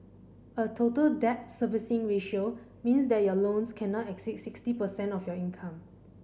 a Total Debt Servicing Ratio means that your loans cannot exceed sixty percent of your income